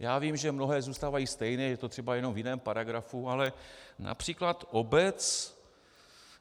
Já vím, že mnohé zůstávají stejné, je to třeba jenom v jiném paragrafu, ale např. obec